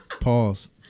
Pause